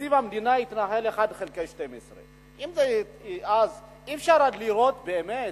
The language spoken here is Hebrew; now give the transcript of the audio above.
ותקציב המדינה התחלק בצורה של 1 חלקי 12. אי-אפשר אז לראות באמת,